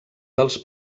dels